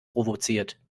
provoziert